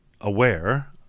aware